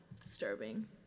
disturbing